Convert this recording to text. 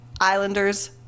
Islanders